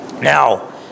Now